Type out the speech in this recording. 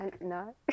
No